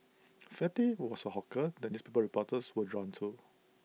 fatty was A hawker that newspaper reporters were drawn to